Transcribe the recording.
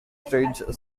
staged